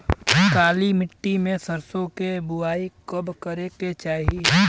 काली मिट्टी में सरसों के बुआई कब करे के चाही?